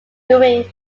during